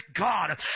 God